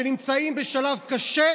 שנמצאים בשלב קשה,